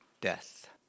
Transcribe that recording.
death